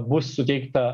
bus suteikta